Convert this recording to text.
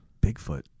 Bigfoot